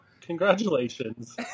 Congratulations